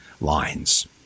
lines